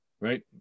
right